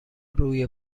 روی